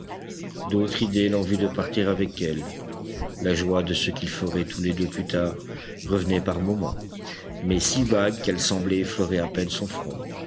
d'autres idées l'envie de partir avec elle la joie de ce qu'ils feraient tous les deux plus tard revenaient par moments mais si vagues qu'elles semblaient effleurer à peine son front